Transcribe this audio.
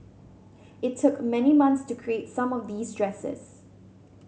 it took many months to create some of these dresses